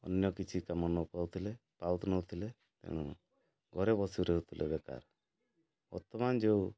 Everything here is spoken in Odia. ଅନ୍ୟ କିଛି କାମ ନ ପାଉଥିଲେ ପାଉନଥିଲେ ତେଣୁ ଘରେ ବସି ରହୁଥିଲେ ବେକାର ବର୍ତ୍ତମାନ ଯେଉଁ